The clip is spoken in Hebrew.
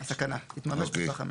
הסכנה תתממש בטווח המיידי.